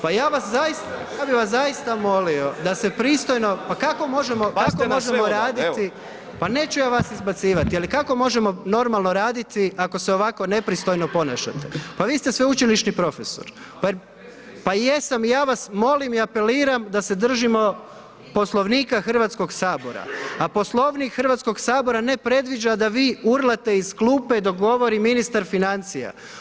Pa ja bi vas zaista molio da se pristojno, pa kako možemo …… [[Upadica Lovrinović, ne razumije se.]] Pa neću ja vas izbacivati ali kako možemo normalno raditi ako se ovako nepristojno ponašate, pa vi ste sveučilišni profesor. … [[Upadica Lovrinović, ne razumije se.]] Pa jesam i ja vas molim i apeliram da se držimo Poslovnika Hrvatskog sabora a Poslovnik Hrvatskog sabora ne predviđa da vi urlate iz klupe dok govori ministar financija.